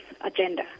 agenda